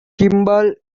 kimball